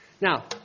Now